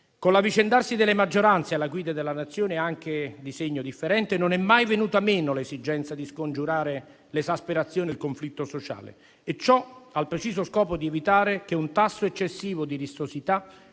Con l'avvicendarsi delle maggioranze alla guida della Nazione, anche di segno differente, non è mai venuta meno l'esigenza di scongiurare l'esasperazione del conflitto sociale e ciò al preciso scopo di evitare che un tasso eccessivo di rissosità